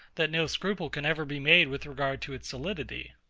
that no scruple can ever be made with regard to its solidity.